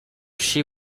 she